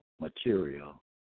material